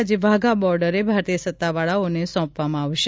આજે વાઘા બોડરે ભારતીય સત્તાવાળાઓને સોંપવામાં આવશે